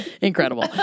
Incredible